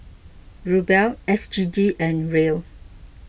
Ruble S G D and Riel